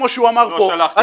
כמו שהוא אמר פה.